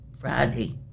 Friday